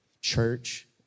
church